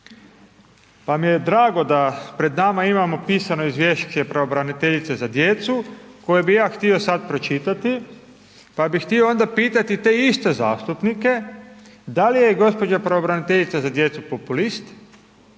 Pa mi je drago da pred nama imamo pisano izvješće pravobraniteljice za djecu koje bih ja htio sad pročitati, pa bih htio pitati pa bih htio onda pitati te iste zastupnike da li je gospođa pravobraniteljica za djecu populist